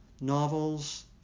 novels